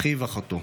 לאחיו ולאחותו.